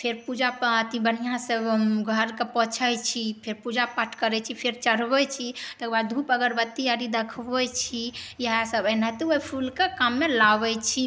फेर पूजा अथी बढ़िऑं सऽ घरके पोछै छी फेर पूजा पाठ करै छी फेर चढ़बै छी तकरबाद धूप अगरबत्ती अरि देखबै छी यहए सब एनाहिते ओइ फूलके काममे लाबै छी